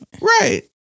Right